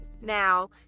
Now